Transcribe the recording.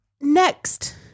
next